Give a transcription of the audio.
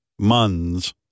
Muns